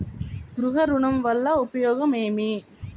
గృహ ఋణం వల్ల ఉపయోగం ఏమి?